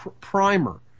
primer